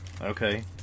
Okay